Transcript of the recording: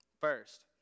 First